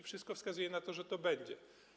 Wszystko wskazuje na to, że tak będzie.